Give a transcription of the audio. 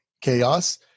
chaos